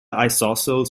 isosceles